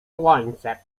słońce